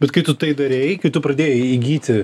bet kai tu tai darei kai tu pradėjai įgyti